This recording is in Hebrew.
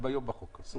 גם היום בחוק אסור.